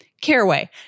Caraway